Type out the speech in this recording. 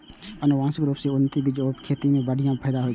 आनुवंशिक रूप सं उन्नत बीजक उपयोग सं खेती मे बढ़िया फायदा होइ छै